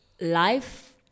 life